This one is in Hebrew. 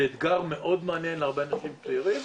זה אתגר מאוד מעניין להרבה אנשים צעירים.